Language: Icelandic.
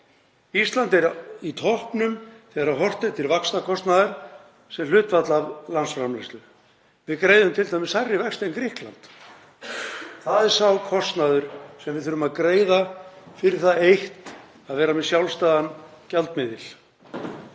Ísland er á toppnum þegar horft er til vaxtakostnaðar sem hlutfalls af landsframleiðslu. Við greiðum t.d. hærri vexti en Grikkland. Það er sá kostnaður sem við þurfum að greiða fyrir það eitt að vera með sjálfstæðan gjaldmiðil.